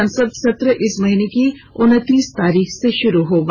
संसद सत्र इस महीने की उनतीस तारीख से शुरू होगा